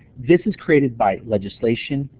this is created by legislation,